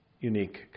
unique